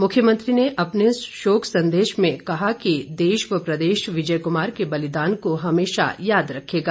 मुख्यमंत्री ने अपने शोक संदेश में कहा कि देश व प्रदेश विजय कुमार के बलिदान को हमेशा याद रखेगा